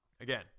Again